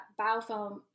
biofilm